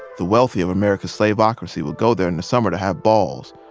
the wealthy of america's slaveocracy would go there in the summer to have balls,